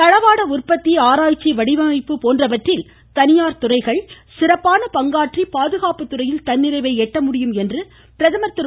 பிரதமர் உற்பத்தி ஆராய்ச்சி வடிவமைப்பு போன்றவற்றில் தனியார் துறைகள் தளவாட சிறப்பான பங்காற்றி பாதுகாப்புத்துறையில் தன்னிறைவை எட்ட முடியும் என்று பிரதமர் திரு